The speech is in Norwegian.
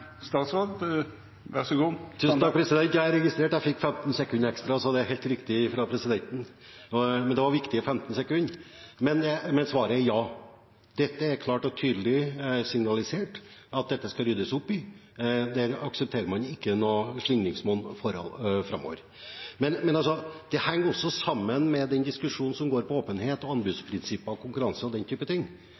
statsråd – vær så god! Tusen takk. Ja, jeg registrerte at jeg fikk 15 sekunder ekstra, det er helt riktig fra presidenten – men det var viktige 15 sekunder! Men svaret er ja, det er klart og tydelig signalisert at dette skal det ryddes opp i, og her aksepterer man ingen slingringsmonn framover. Men det henger også sammen med diskusjonen om åpenhet, anbudsprinsipper, konkurranser og den type ting. Det har vært enkeltsaker, men det er ettergått, og